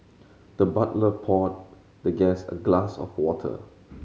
the butler poured the guest a glass of water